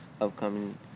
upcoming